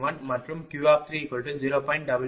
0110391 மற்றும் Q3 0